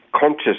conscious